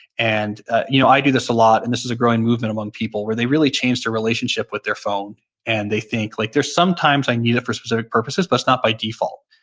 and you know i do this a lot and this is a growing movement among people where they really change their relationship with their phone and they think, like there's sometimes i need it for specific purposes, but it's not by default.